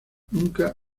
nunca